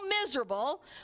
miserable